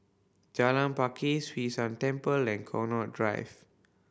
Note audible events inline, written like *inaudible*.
Jalan Pakis *unintelligible* San Temple and Connaught Drive